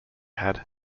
had